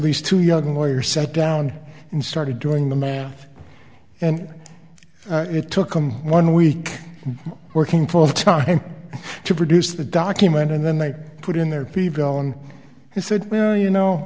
these two young lawyer set down and started doing the math and it took them one week working full time to produce the document and then they put in their people and he said well you know